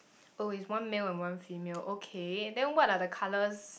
oh it's one male and one female okay then what are the colours